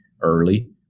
early